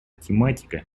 тематика